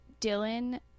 Dylan